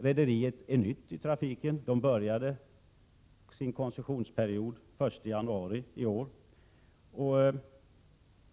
Rederiet är nytt i trafiken; det började sin koncessionsperiod den 1 januari i år.